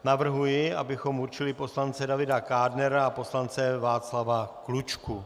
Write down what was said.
Navrhuji, abychom určili poslance Davida Kádnera a poslance Václava Klučku.